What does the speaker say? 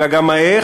אלא גם האיך,